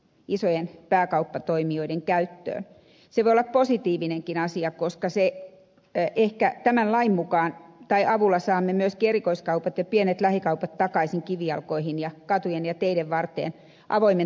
se voi olla positiivinenkin asia koska ehkä tämän lain avulla saamme myöskin erikoiskaupat ja pienet lähikaupat takaisin kivijalkoihin ja katujen ja teiden varteen avoimen taivaan alle